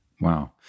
Wow